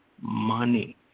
money